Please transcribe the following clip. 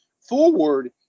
forward